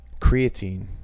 Creatine